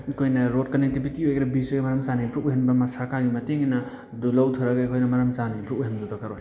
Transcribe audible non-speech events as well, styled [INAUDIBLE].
ꯑꯩꯈꯣꯏꯅ road connectivity ꯑꯣꯏꯒꯦꯔꯥ [UNINTELLIGIBLE] ꯃꯔꯝ ꯆꯥꯅ ꯏꯝꯄ꯭ꯔꯨꯕ ꯑꯣꯏꯍꯟꯕ ꯑꯃ ꯁꯔꯀꯥꯔꯒꯤ ꯃꯇꯦꯡꯅ ꯗꯨ ꯂꯧꯊꯔꯒ ꯑꯩꯈꯣꯏꯅ ꯃꯔꯝ ꯆꯥꯅ ꯏꯝꯄ꯭ꯔꯨꯕ ꯑꯣꯏꯍꯟꯕ ꯗꯔꯀꯥꯔ ꯑꯣꯏ